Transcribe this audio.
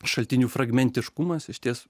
šaltinių fragmentiškumas išties